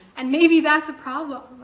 and maybe that's a problem.